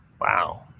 Wow